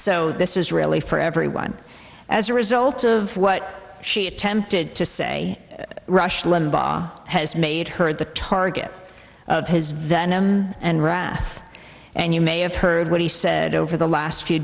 so this is really for everyone as a result of what she attempted to say rush limbaugh has made her the target of his venom and wrath and you may have heard what he said over the last few